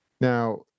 Now